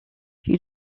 you